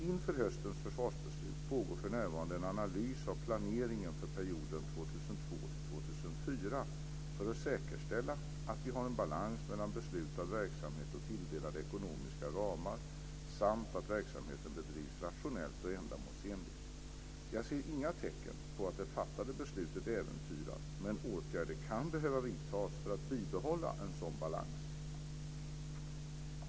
Inför höstens försvarsbeslut pågår för närvarande en analys av planeringen för perioden 2002 till 2004 för att säkerställa att vi har en balans mellan beslutad verksamhet och tilldelade ekonomiska ramar samt att verksamheten bedrivs rationellt och ändamålsenligt. Jag ser inga tecken på att det fattade beslutet äventyras, men åtgärder kan behöva vidtas för att bibehålla en sådan balans.